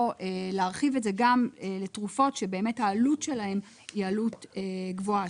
להרחיב את זה גם לתרופות שבאמת העלות שלהם היא עלות גבוהה,